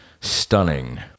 Stunning